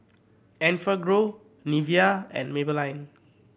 Enfagrow Nivea and Maybelline